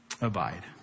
Abide